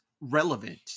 relevant